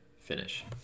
finish